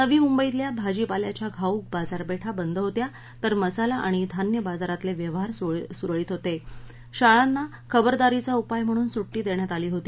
नवी मुंबईतल्या भाजीपाल्याच्या घाऊक बाजारपक्ष बंद होत्या तर मसाला आणि धान्य बाजारातलव्यिवहार सुरळीत होत शाळांनां खबरदारीचा उपाय म्हणून सुट्टी दख्यात आली होती